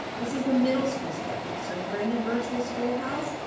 this is the middle school schedule. so if we're in the virtual schoolhouse,